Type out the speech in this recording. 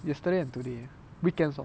yesterday and today weekends lor